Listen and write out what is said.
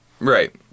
Right